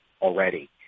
already